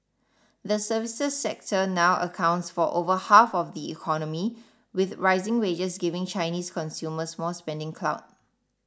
the services sector now accounts for over half of the economy with rising wages giving Chinese consumers more spending clout